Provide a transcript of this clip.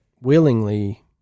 willingly